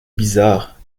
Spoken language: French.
bizarre